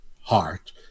heart